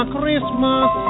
Christmas